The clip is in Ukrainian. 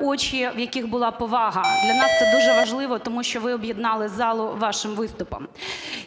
очі, в яких була повага. Для нас це дуже важливо, тому що ви об'єднали залу вашим виступом.